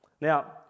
Now